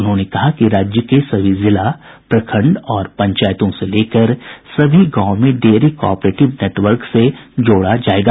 उन्होंने कहा कि राज्य के सभी जिला प्रखंड और पंचायतों से लेकर सभी गांवों को डेयरी कॉपरेटिव नेटवर्क से जोड़ा जायेगा